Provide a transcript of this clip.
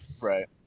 Right